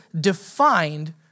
defined